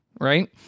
Right